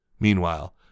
Meanwhile